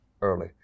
early